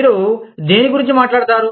మీరు దేని గురించి మాట్లాడతారు